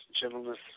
gentleness